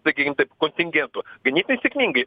sakykim taip kontingentu ganėtinai sėkmingai